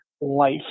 life